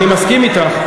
אני מסכים אתך.